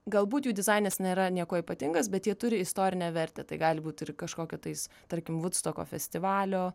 galbūt jų dizainas nėra niekuo ypatingas bet jie turi istorinę vertę tai gali būt ir kažkokio tais tarkim vudstoko festivalio